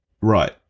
Right